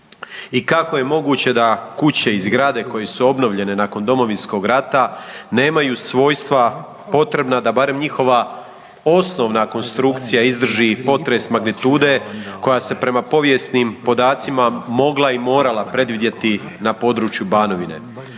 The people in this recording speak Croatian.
i kako je moguće da kuće i zgrade koje su obnovljene nakon Domovinskog rata nemaju svojstva potrebna da barem njihova osnovna konstrukcija izdrži potres magnitude koja se prema povijesnim podacima mogla i morala predvidjeti na području Banovine.